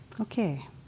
Okay